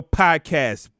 podcast